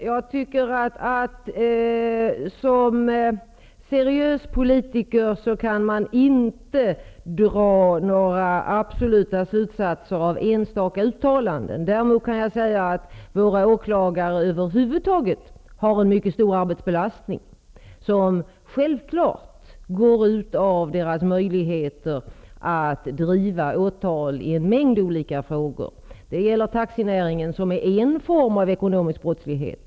Herr talman! Som seriös politiker kan man inte dra några absoluta slutsatser av enstaka uttalanden. Däremot kan jag säga att våra åklagare över huvud taget har en mycket stor arbetsbelastning, som självklart går ut över deras möjligheter att driva åtal i en mängd olika frågor. Det gäller taxinäringen, där det förekommer en form av ekonomisk brottslighet.